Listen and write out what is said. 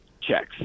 checks